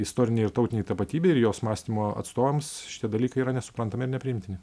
istorinei ir tautinei tapatybei ir jos mąstymo atstovams šitie dalykai yra nesuprantami ir nepriimtini